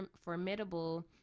formidable